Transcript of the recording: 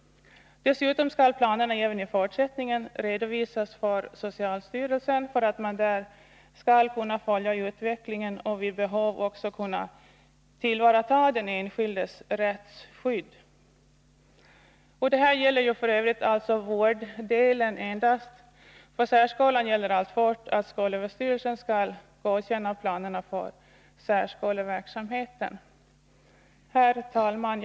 Dessutom skall planerna även i fortsättningen redovisas för socialstyrelsen, för att man där skall kunna följa utvecklingen och vid behov kunna tillvarata den enskildes rättsskydd. Detta gäller f. ö. endast vårddelen. För särskolan Nr 41 gäller alltfort att skolöverstyrelsen skall godkänna planerna för dess verksamhet. Herr talman!